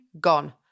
gone